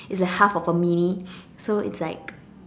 it's like half of a mini so it's like